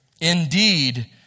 Indeed